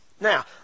Now